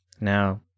Now